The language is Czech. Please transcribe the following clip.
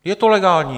Je to legální.